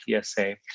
PSA